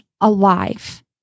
alive